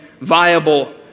viable